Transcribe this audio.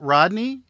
Rodney